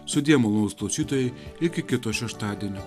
sudie malonūs klausytojai iki kito šeštadienio